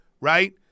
right